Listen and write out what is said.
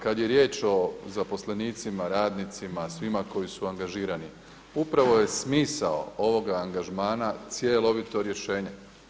Kada je riječ o zaposlenicima, radnicima, svima koji su angažirani upravo je smisao ovoga angažmana cjelovito rješenje.